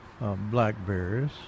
blackberries